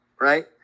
Right